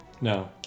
No